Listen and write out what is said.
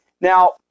Now